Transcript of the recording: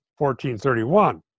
14.31